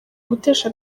gutesha